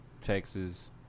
Texas